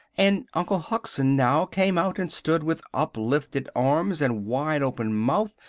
and uncle hugson now came out and stood with uplifted arms and wide open mouth,